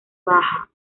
baja